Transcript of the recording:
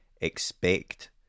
expect